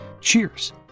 Cheers